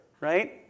right